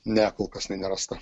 ne kol kas jinai nerasta